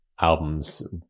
albums